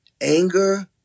anger